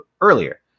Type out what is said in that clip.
earlier